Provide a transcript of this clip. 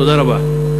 תודה רבה.